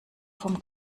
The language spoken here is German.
vom